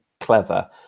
clever